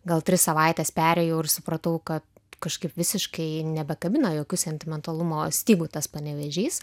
gal tris savaites perėjau ir supratau kad kažkaip visiškai nebekabina jokių sentimentalumo stygų tas panevėžys